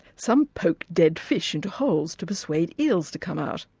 some poke dead fish into holes to persuade eels to come out.